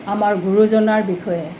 আমাৰ গুৰুজনাৰ বিষয়ে